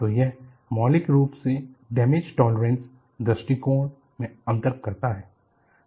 तो यह मौलिक रूप से डैमैज टॉलरेंस दृष्टिकोण में अंतर करता है